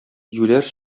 юләр